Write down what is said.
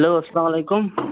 hello اَسلامُ عَلیکُم